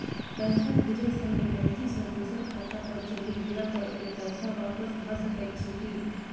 पैसा भेजय समय गलती सँ दोसर खाता पर चलि गेला पर ओ पैसा वापस भऽ सकैत अछि की?